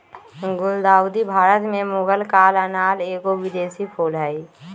गुलदाऊदी भारत में मुगल काल आनल एगो विदेशी फूल हइ